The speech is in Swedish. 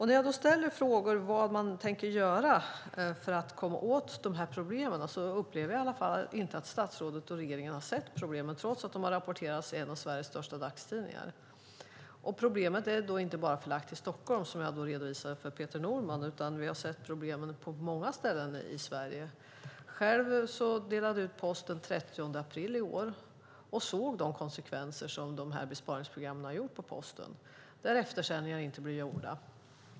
När jag ställer frågor om vad man tänker göra för att komma åt problemen upplever jag inte att statsrådet och regeringen har sett problemen, trots att de har rapporterats i en av Sveriges största dagstidningar. Problemet är inte bara förlagt till Stockholm, som jag redovisade för Peter Norman, utan vi har sett problemen på många ställen i Sverige. Själv delade jag ut post den 30 april i år och såg de konsekvenser som besparingsprogrammen fått på Posten, där eftersändningar inte blir gjorda.